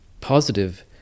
positive